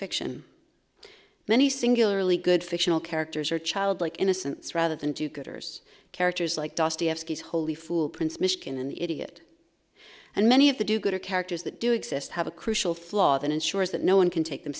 fiction many singularly good fictional characters or childlike innocence rather than do gooders characters like dostoevsky's holy fool prince miskin and idiot and many of the do gooder characters that do exist have a crucial flaw that ensures that no one can take them